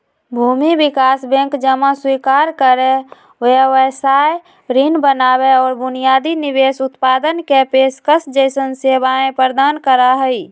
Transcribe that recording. भूमि विकास बैंक जमा स्वीकार करे, व्यवसाय ऋण बनावे और बुनियादी निवेश उत्पादन के पेशकश जैसन सेवाएं प्रदान करा हई